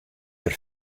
der